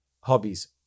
Hobbies